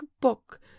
book